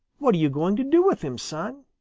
what are you going to do with him, son?